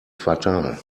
quartal